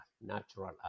natural